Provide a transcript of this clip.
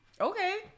okay